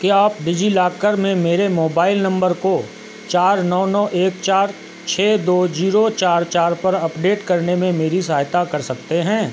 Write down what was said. क्या आप डिजिलाकर में मेरे मोबाइल नम्बर को चार नौ नौ एक चार छः दो जीरो चार चार पर अपडेट करने में मेरी सहायता कर सकते हैं